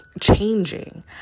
changing